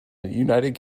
united